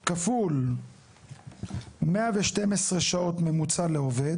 0.61 כפול 112 שעות ממוצע לעובד.